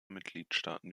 mitgliedstaaten